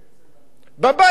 בבית של אבו יואל,